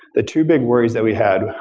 the two big worries that we had,